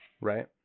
Right